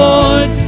Lord